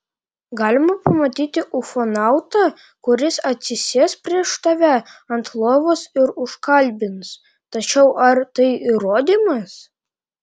galima pamatyti ufonautą kuris atsisės prieš tave ant lovos ir užkalbins tačiau ar tai įrodymas